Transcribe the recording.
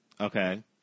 okay